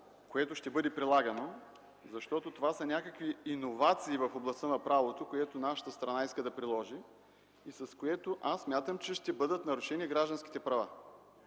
което ще бъде прилагано, защото това са някакви иновации в областта на правото, което нашата страна иска да приложи и с което смятам, че ще бъдат нарушени гражданските права